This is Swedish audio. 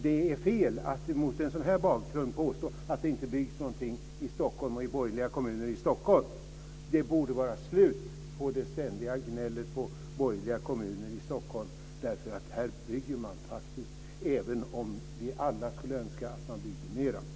Det är mot den här bakgrunden fel att påstå att det inte byggs någonting i Stockholm och i borgerliga kommuner i Stockholms län. Det borde vara slut på det ständiga gnället på borgerliga kommuner i Stockholm, därför att här bygger man faktiskt även om vi alla skulle önska att man byggde mer.